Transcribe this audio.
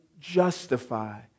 justify